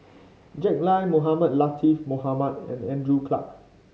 Jack Lai Mohamed Latiff Mohamed and Andrew Clarke